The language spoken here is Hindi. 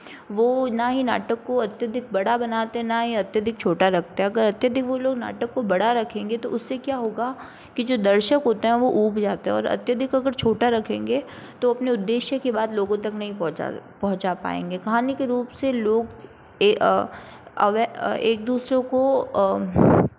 वो ना ही नाटक को अत्यधिक बड़ा बनाते हैं ना ही अत्यधिक छोटा रखते हैं अगर अत्यधिक वो लोग नाटक को बड़ा रखेंगे तो उससे क्या होगा कि जो दर्शक होते हैं वो ऊब जाते हैं और अत्यधिक अगर छोटा रखेंगे तो अपने उद्देश्य की बात लोगों तक नहीं पहुँचा पहुँचा पाएँगे कहानी के रूप से लोग ए अवे एक दूसरे को